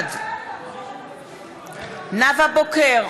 בעד נאוה בוקר,